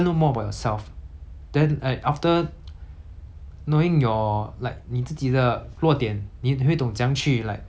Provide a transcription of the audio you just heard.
knowing your like 你自己的弱点你会懂怎样去 like 怎样去帮你自己 lor